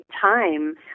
time